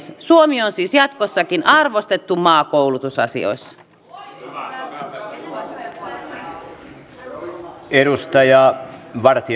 suomi on siis jatkossakin arvostettu maa koulutusasioissa